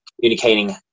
communicating